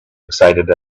excited